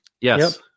Yes